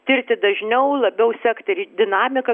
tirti dažniau labiau sekti dinamiką